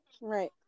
right